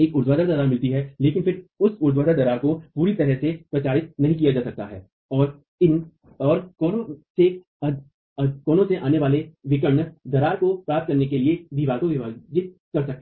एक ऊर्ध्वाधर दरार मिलती है लेकिन फिर उस ऊर्ध्वाधर दरार को पूरी तरह से प्रचारित नहीं किया जा सकता है और कोनों से आने वाले विकर्ण दरार को प्राप्त करने के लिए दीवार को विभाजित कर सकते हैं